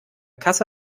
kasse